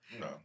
No